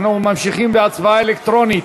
אנחנו ממשיכים בהצבעה אלקטרונית.